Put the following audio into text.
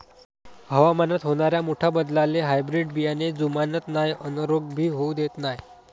हवामानात होनाऱ्या मोठ्या बदलाले हायब्रीड बियाने जुमानत नाय अन रोग भी होऊ देत नाय